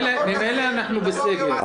ממילא אנחנו בסגר.